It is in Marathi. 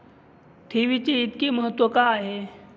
ठेवीचे इतके महत्व का आहे?